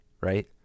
right